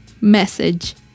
message